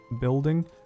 building